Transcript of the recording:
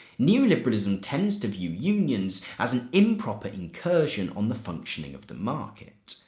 neoliberalism tends to view unions as an improper incursion on the functioning of the market.